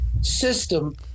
system